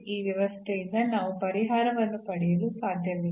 ಈ ವ್ಯವಸ್ಥೆಯಿಂದ ನಾವು ಪರಿಹಾರವನ್ನು ಪಡೆಯಲು ಸಾಧ್ಯವಿಲ್ಲ